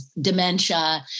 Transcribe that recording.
dementia